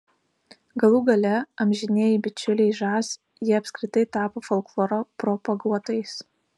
galų gale amžinieji bičiuliai žas jie apskritai tapo folkloro propaguotojais